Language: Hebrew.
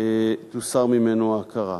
תוסר ממנו ההכרה,